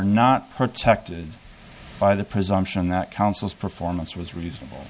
not protected by the presumption that counsel's performance was reasonable